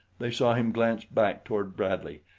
they saw him glance back toward bradley,